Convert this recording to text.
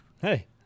Hey